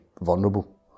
vulnerable